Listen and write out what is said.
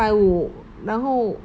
四百五然后